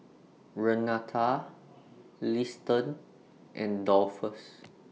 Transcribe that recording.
Renata Liston and Dolphus